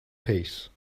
pace